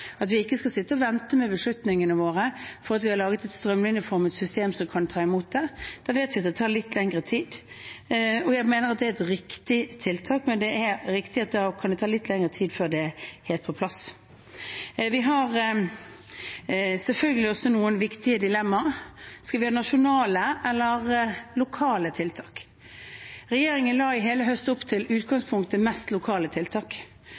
at vi ikke skal sitte og vente med beslutningene våre til vi har laget et strømlinjeformet system som kan ta imot det. Da vet vi at det tar litt lengre tid. Jeg mener at det er riktig, men det er også riktig at det da kan ta litt lengre tid før det er helt på plass. Vi har selvfølgelig også noen andre viktige dilemmaer. Skal vi ha nasjonale eller lokale tiltak? Regjeringen la i hele høst opp til i utgangspunktet mest lokale tiltak,